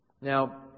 Now